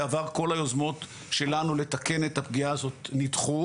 בעבר כל היוזמות שלנו שנקטנו על מנת לתקן את הפגיעה הזאת נדחו,